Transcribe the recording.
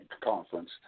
Conference